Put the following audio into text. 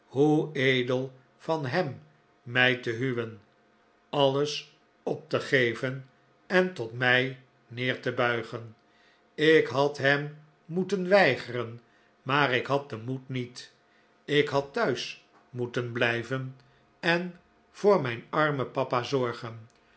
hoe edel van hem mij te huwen alles op te geven en tot mij neer te buigen ik had hem moeten weigeren maar ik had den moed niet ik had thuis moeten blijven en voor mijn armen papa zorgen